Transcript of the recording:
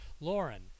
Lauren